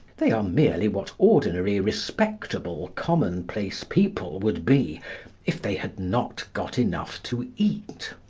they are merely what ordinary, respectable, commonplace people would be if they had not got enough to eat.